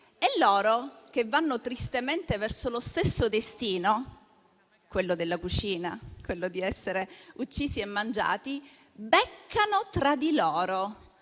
altri, e, andando tristemente verso lo stesso destino - quello della cucina, il destino di essere uccisi e mangiati - beccano tra di loro.